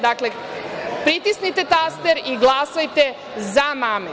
Dakle, pritisnite taster i glasajte za mame.